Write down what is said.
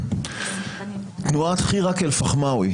תנועת חיראק אל פחמאווי